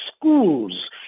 schools